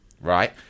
right